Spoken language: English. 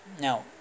Now